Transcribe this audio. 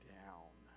down